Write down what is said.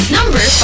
Number